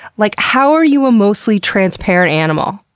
like, how are you a mostly transparent animal?